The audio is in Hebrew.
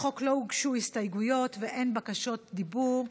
לחוק לא הוגשו הסתייגויות ואין בקשות דיבור.